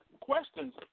questions